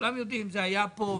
כולם יודעים על כך.